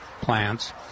plants